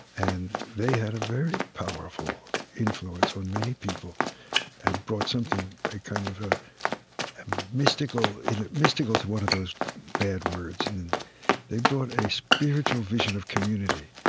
and they had a very powerful influence on many people and brought something a kind of a mystical mystical is one of those bad words and and they brought a spiritual vision of community